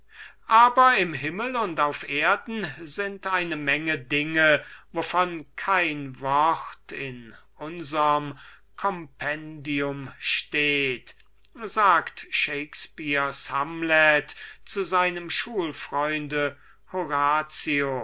aber im himmel und auf erden sind eine menge dinge wovon kein wort in unserm compendio steht sagt der shakespearische hamlet zu seinem schulfreunde horazio